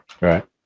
right